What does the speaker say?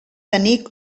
tenir